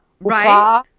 Right